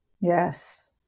Yes